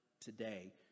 today